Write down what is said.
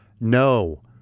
No